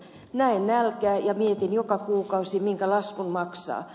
näen nälkää ja mietin joka kuukausi minkä laskun maksaa